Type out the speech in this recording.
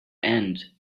end